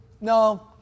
no